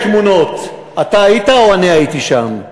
יש תמונות, אתה היית או אני הייתי שם?